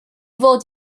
fod